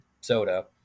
soda